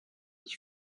his